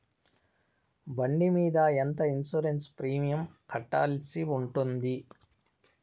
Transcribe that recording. బండి మీద ఎంత ఇన్సూరెన్సు ప్రీమియం కట్టాల్సి ఉంటుంది?